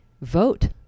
Vote